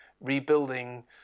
rebuilding